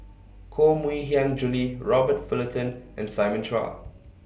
Koh Mui Hiang Julie Robert Fullerton and Simon Chua